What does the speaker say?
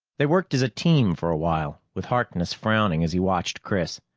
they worked as a team for a while, with harkness frowning as he watched chris.